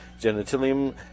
genitalium